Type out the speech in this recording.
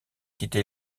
quitté